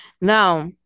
Now